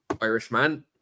Irishman